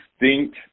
distinct